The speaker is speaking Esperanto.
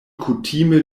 kutime